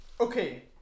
Okay